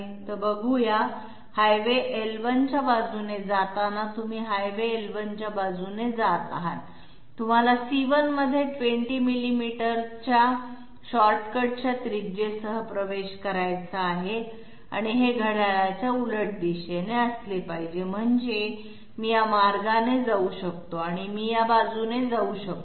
तर बघूया highway l1 च्या बाजूने जाताना तुम्ही हायवे l1 च्या बाजूने जात आहात तुम्हाला c1 मध्ये 20 मिलिमीटरच्या शॉर्टकटच्या त्रिज्येसह प्रवेश करायचा आहे आणि हे घड्याळाच्या उलट दिशेने असले पाहिजे म्हणजे मी या मार्गाने जाऊ शकतो आणि मी बाजूने जाऊ शकतो